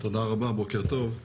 תודה רבה, בוקר טוב.